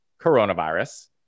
coronavirus